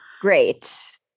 Great